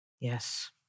Yes